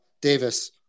Davis